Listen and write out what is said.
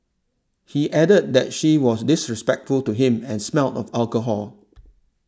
he added that she was disrespectful to him and smelled of alcohol